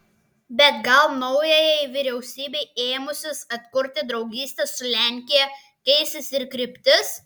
bet gal naujajai vyriausybei ėmusis atkurti draugystę su lenkija keisis ir kryptis